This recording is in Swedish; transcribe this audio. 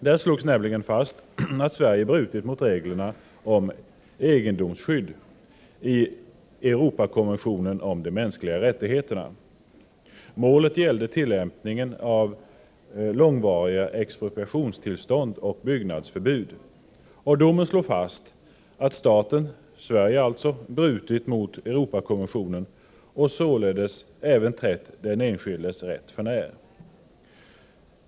Där slogs nämligen fast att Sverige brutit mot reglerna om egendomsskydd i Europakonventionen om de mänskliga rättigheterna. Målet gällde tillämpningen av långvariga expropriationstillstånd och byggnadsförbud, och domen slog fast att staten — alltså Sverige — brutit mot Europakonventionen och således även trätt den enskildes rätt för när.